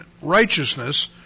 righteousness